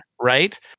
Right